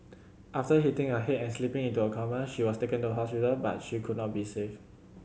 after hitting her head and slipping into a coma she was taken to hospital but she could not be saved